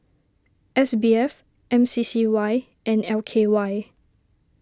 S B F M C C Y and L K Y